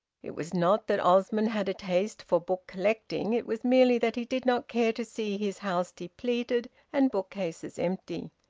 it was not that osmond had a taste for book-collecting it was merely that he did not care to see his house depleted and bookcases empty.